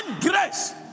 grace